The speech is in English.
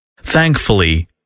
Thankfully